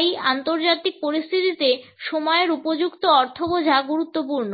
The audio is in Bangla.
তাই আন্তর্জাতিক পরিস্থিতিতে সময়ের উপযুক্ত অর্থ বোঝা গুরুত্বপূর্ণ